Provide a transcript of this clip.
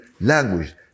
language